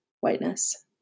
whiteness